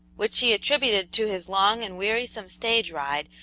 which he attributed to his long and wearisome stage ride,